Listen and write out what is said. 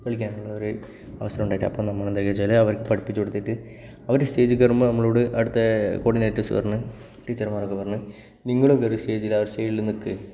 കളിക്കാനുള്ള ഒരു അവസരം ഉണ്ടായിട്ട് അപ്പോൾ നമ്മൾ എന്താക്കി വച്ചാൽ അവർക്ക് പഠിപ്പിച്ചു കൊടുത്തിട്ട് അവർ സ്റ്റേജിൽ കയറുമ്പോൾ നമ്മളോട് അവിടുത്തെ കോർഡിനേറ്റ്സ് പറഞ്ഞു ടീച്ചർമാരൊക്കെ പറഞ്ഞു നിങ്ങളും കയറ് സ്റ്റേജിൽ അവർ സൈഡിൽ നിൽക്ക്